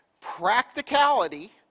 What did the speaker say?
practicality